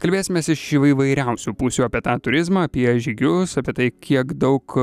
kalbėsimės iš įvaivairiausių pusių apie tą turizmą apie žygius apie tai kiek daug